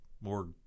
more